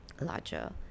larger